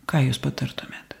ką jūs patartumėt